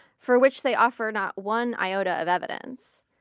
for which they offer not one iota of evidence,